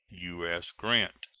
u s. grant.